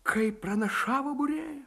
kaip pranašavo būrėja